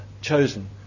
chosen